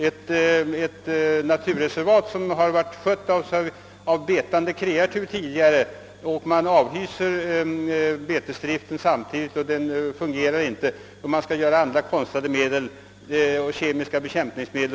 I ett naturreservat, som tidigare skötts genom betesdrift vilken dock upphört vid naturreservatets inrättande, krävs det i stället andra åtgärder. Man får tillgripa konstlade metoder såsom t.ex. kemiska bekämpningsmedel.